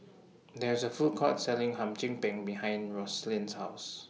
There IS A Food Court Selling Hum Chim Peng behind Rosalyn's House